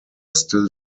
still